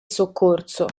soccorso